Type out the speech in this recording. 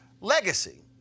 legacy